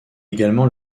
également